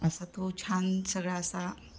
असा तो छान सगळा असा